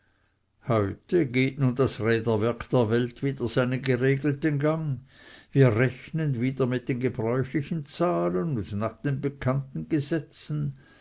heute geht nun das räderwerk der welt wieder seinen geregelten gang wir rechnen wieder mit den gebräuchlichen zahlen und nach den bekannten gesetzen